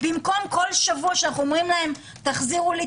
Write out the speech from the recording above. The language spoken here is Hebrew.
במקום כל שבוע שאנחנו אומרים להם: תחזירו לי,